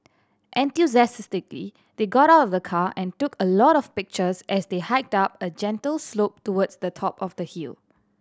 enthusiastically they got out of the car and took a lot of pictures as they hiked up a gentle slope towards the top of the hill